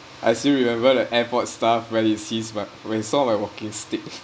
I still remember the airport staff when he sees my when he saw my walking stick